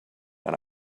and